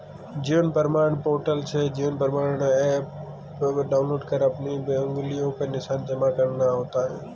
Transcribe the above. जीवन प्रमाण पोर्टल से Jeevan Pramaan app download कर अपनी उंगलियों के निशान जमा करना होता है